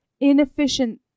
inefficient